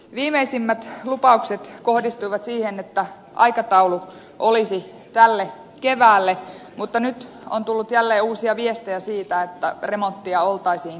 viimeisimmät lupaukset kohdistuivat siihen että aikataulu olisi tälle keväälle mutta nyt on tullut jälleen uusia viestejä siitä että remonttia oltaisiin siirtämässä